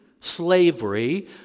slavery